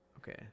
Okay